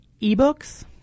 ebooks